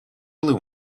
blue